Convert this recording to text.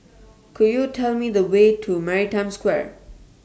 Could YOU Tell Me The Way to Maritime Square